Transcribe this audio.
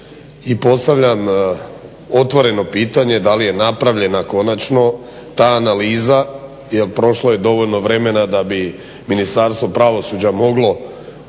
i postavljam otvoreno pitanje da li je napravljena konačno ta analiza jer prošlo je dovoljno vremena da bi Ministarstvo pravosuđa moglo napraviti